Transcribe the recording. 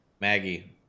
Maggie